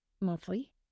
monthly